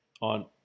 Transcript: on